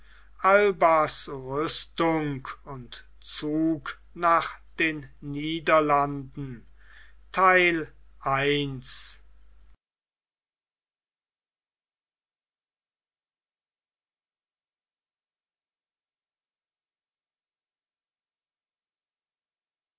albas rüstung und zug nach den niederlanden